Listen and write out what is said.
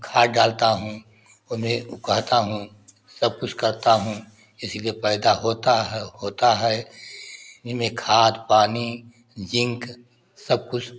खाद डालता हूँ उन्हें उकाता हूँ सब कुछ करता हूँ इसीलिए पैदा होता है होता है इसमें खाद पानी जिंक सबकुछ